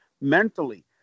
mentally